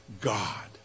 God